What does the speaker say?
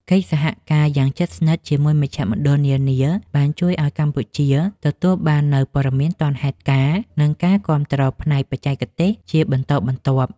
កិច្ចសហការយ៉ាងជិតស្និទ្ធជាមួយមជ្ឈមណ្ឌលនានា បានជួយឱ្យកម្ពុជាទទួលបាននូវព័ត៌មានទាន់ហេតុការណ៍ និងការគាំទ្រផ្នែកបច្ចេកទេសជាបន្តបន្ទាប់។